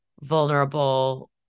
vulnerable